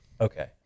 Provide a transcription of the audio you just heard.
Okay